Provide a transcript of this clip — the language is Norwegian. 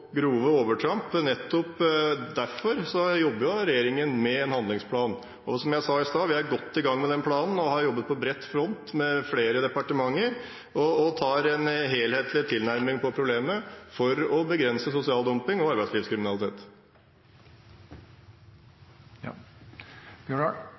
grove overtramp. Nettopp derfor jobber regjeringen med en handlingsplan. Og som jeg sa i stad: Vi er godt i gang med den planen og har jobbet på bred front med flere departementer, og vi har en helhetlig tilnærming til problemet for å begrense sosial dumping og arbeidslivskriminalitet.